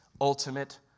ultimate